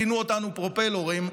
כינו אותנו "פרופלורים",